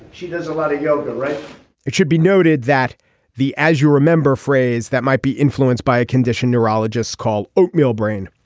she does a lot of yoga right it should be noted that the as you remember phrase that might be influenced by a condition neurologists called oatmeal brain.